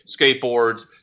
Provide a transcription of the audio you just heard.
skateboards